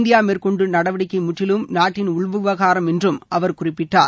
India மேற்கொண்டு நடவடிக்கை முற்றிலும் நாட்டின் உள் விவகாரம் என்றும் அவர் குறிப்பிட்டார்